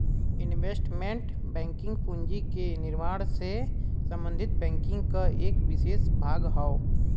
investment banking पूंजी के निर्माण से संबंधित बैंकिंग क एक विसेष भाग हौ